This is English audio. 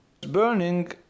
burning